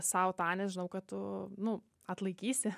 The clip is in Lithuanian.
sau tą nes žinau kad tu nu atlaikysi